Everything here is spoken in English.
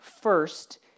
first